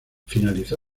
finalizó